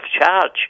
charge